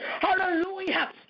Hallelujah